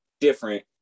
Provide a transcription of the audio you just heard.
different